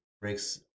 breaks